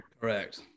Correct